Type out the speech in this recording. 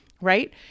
right